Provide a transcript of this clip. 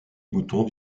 boutons